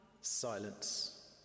silence